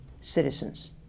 citizens